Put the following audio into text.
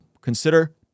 Consider